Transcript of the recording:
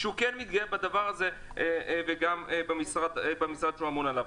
שהוא כן מתגאה בדבר הזה וגם במשרד שהוא אמון עליו.